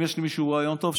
אם יש למישהו רעיון טוב,